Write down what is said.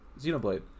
Xenoblade